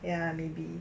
ya maybe